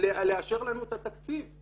לאשר לנו את התקציב.